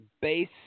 base